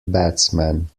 batsman